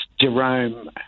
Jerome